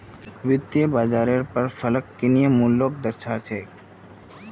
वित्तयेत बाजारेर पर फरक किन्ही मूल्योंक दर्शा छे